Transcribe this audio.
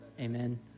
amen